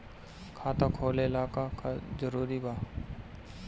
खाता खोले ला का का जरूरी बा?